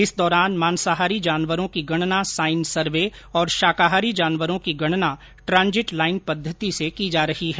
इस दौरान मांसाहारी जानवरों की गणना साइन सर्वे और शाकाहारी जानवरों की गणना ट्रांजिट लाइन पद्धति से की जा रही है